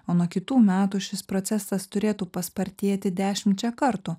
o nuo kitų metų šis procesas turėtų paspartėti dešimčia kartų